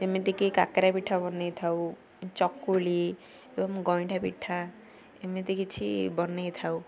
ଯେମିତିକି କାକେରା ପିଠା ବନାଇଥାଉ ଚକୁଳି ଏବଂ ଗଇଁଠା ପିଠା ଏମିତି କିଛି ବନାଇଥାଉ